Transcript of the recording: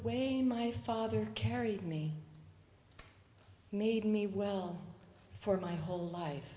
way my father carried me made me well for my whole life